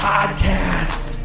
Podcast